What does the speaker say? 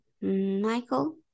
Michael